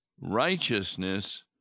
righteousness